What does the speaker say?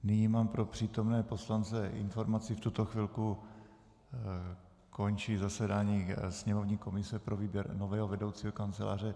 Nyní mám pro přítomné poslance informaci: V tuto chvilku končí zasedání sněmovní komise pro výběr nového vedoucího kanceláře.